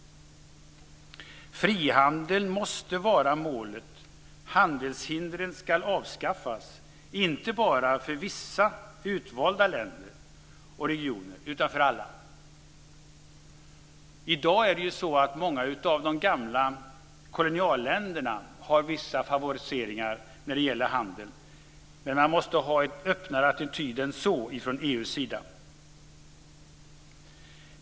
Frihandeln måste vara målet. Handelshindren ska avskaffas inte bara för vissa utvalda länder och regioner utan för alla. I dag är det så att många av de gamla kolonialländerna har vissa favoriseringar inom handeln. Men man måste ha en öppnare attityd än så från EU:s sida.